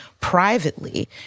privately